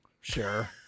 Sure